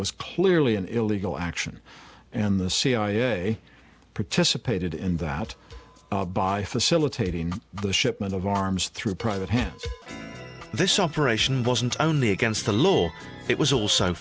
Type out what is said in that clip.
was clearly an illegal action and the cia participated in the out by facilitating the shipment of arms through private hands this operation wasn't only against the law it was also